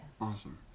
Awesome